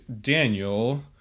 Daniel